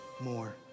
more